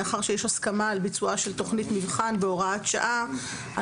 מאחר שיש הסכמה על ביצועה של תוכנית מבחן והוראת שעה,